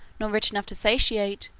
nor rich enough to satiate,